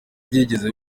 byigeze